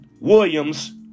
Williams